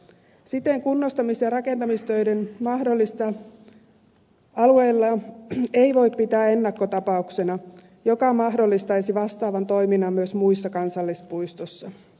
siten kunnostamis ja rakentamistöiden mahdollistamista alueella ei voi pitää ennakkotapauksena joka mahdollistaisi vastaavan toiminnan myös muissa kansallispuistoissa